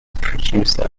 producer